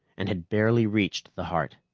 and had barely reached the heart.